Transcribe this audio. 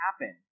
happen